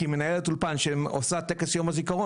כי מנהלת אולפן שעושה טכס יום הזיכרון